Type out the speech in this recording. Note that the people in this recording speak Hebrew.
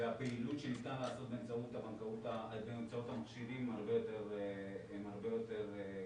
והפעילות שניתן לעשות באמצעות המכשירים היא הרבה יותר גדולה.